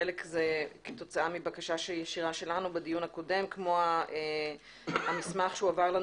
חלק זה כתוצאה מבקשה ישירה שלנו בדיון הקודם כמו המסמך שהועבר לנו